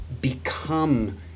become